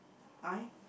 eye